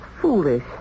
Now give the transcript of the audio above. foolish